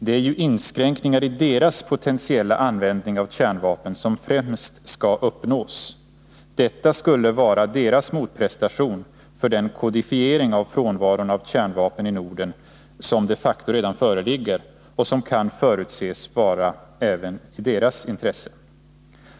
Det är ju inskränkningar i deras potentiella användning av kärnvapen, som främst skall uppnås. Detta skulle vara deras motprestation för den kodifiering av frånvaron av kärnvapen i Norden, som de facto redan föreligger, och som kan förutses vara även i deras intresse.